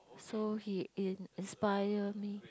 so he in inspire me